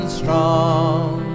strong